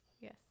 Yes